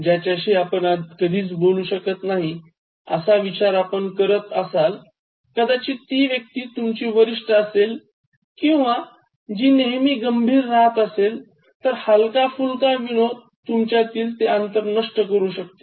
ज्याच्याशी आपण कधीच बोलू शकत नाही असा विचार आपण करत असाल कदाचित ती व्यक्ती तुमची वरिष्ठ असेल किंवा जी नेहमी गंभीर राहात असेल तर हलका फुलका विनोद तुमच्यातील ते अंतर नष्ट करू शकते